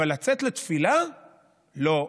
אבל לצאת לתפילה לא.